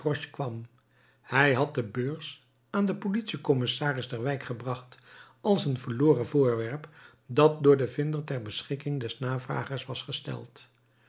kwam hij had de beurs aan den politiecommissaris der wijk gebracht als een verloren voorwerp dat door den vinder ter beschikking des navragers was gesteld